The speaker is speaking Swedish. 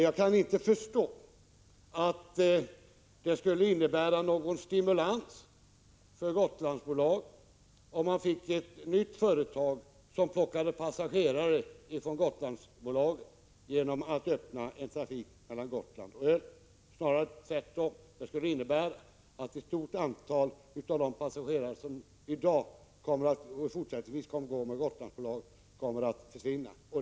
Jag kan inte heller förstå att det skulle innebära någon stimulans för 'Gotlandsbolaget om det startades ett nytt företag, som plockar passagerare från Gotlandsbolaget genom att öppna trafik mellan Gotland och Öland. Snarare vore det tvärtom. Det skulle innebära att ett stort antal av de passagerare som i dag reser med Gotlandsbolaget kommer att försvinna.